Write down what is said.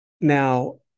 Now